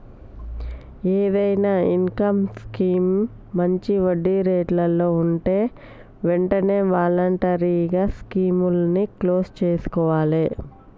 ఏదైనా income scheme మంచి వడ్డీరేట్లలో వుంటే వెంటనే వాలంటరీగా స్కీముని క్లోజ్ చేసుకోవాలే